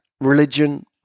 religion